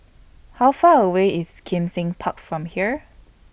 How Far away IS Kim Seng Park from here